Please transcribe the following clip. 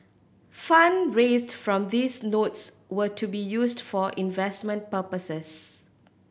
fund raised from these notes were to be used for investment purposes